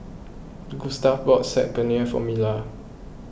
Gustave bought Saag Paneer for Mila